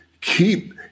Keep